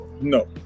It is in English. No